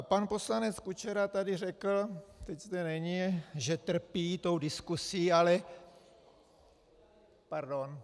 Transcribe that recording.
Pan poslanec Kučera tady řekl, teď zde není, že trpí tou diskusí Pardon.